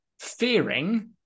fearing